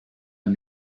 ein